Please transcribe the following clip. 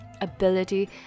ability